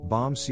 Bomb